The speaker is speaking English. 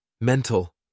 Mental